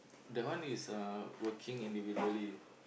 that one is uh working individually